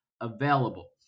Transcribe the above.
available